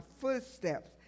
footsteps